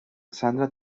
sandra